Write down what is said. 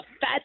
fat